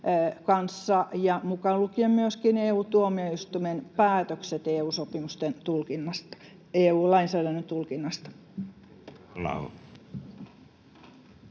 ja mukaan lukien myöskin EU-tuomioistuimen päätökset EU-lainsäädännön tulkinnasta.